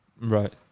right